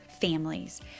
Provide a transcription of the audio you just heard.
families